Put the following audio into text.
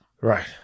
Right